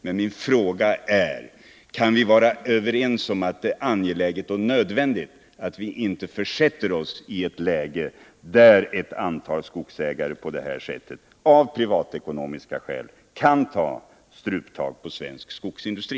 Men min fråga är: Kan vi vara överens om att det är angeläget och nödvändigt att vi inte försätter oss i ett läge som innebär att ett antal skogsägare på det här sättet av privatekonomiska skäl kan ta struptag på svensk skogsindustri?